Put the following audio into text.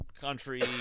country